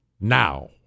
now